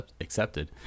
accepted